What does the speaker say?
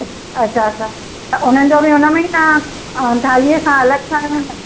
अच्छा अच्छा त उन्हनि जो बि हुन में ई तव्हां थालीअ सां अलॻि सां न